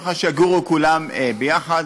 אומרים לך: שיגורו כולם יחד,